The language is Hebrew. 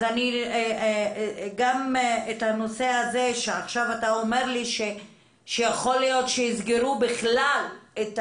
גם את הנושא הזה שעכשיו אתה אומר לי שיכול להיות שיסגרו בכלל את